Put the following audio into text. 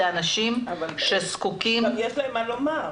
לאנשים שזקוקים --- אבל יש להם מה לומר.